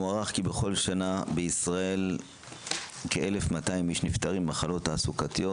מוערך כי בכל שנה בישראל כ-1,200 איש נפטרים ממחלות תעסוקתיות.